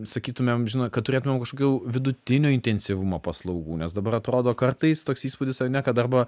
sakytumėm žinot kad turėtumėm kažkokių vidutinio intensyvumo paslaugų nes dabar atrodo kartais toks įspūdis ar ne kad arba